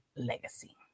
legacy